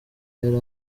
yari